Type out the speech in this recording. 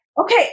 Okay